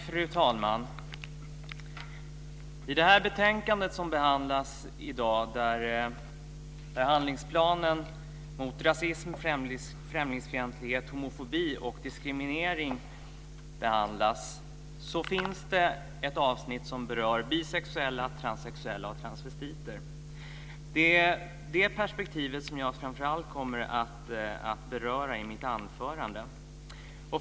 Fru talman! I dagens betänkande behandlas handlingsplanen mot rasism, främlingsfientlighet, homofobi och diskriminering. Där finns det ett avsnitt som berör bisexuella, transsexuella och transvestiter. Det är det perspektivet som jag framför allt kommer att beröra i mitt anförande.